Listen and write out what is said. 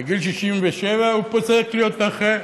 ובגיל 67 הוא פוסק להיות נכה,